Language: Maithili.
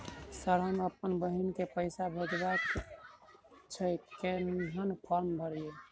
सर हम अप्पन बहिन केँ पैसा भेजय केँ छै कहैन फार्म भरीय?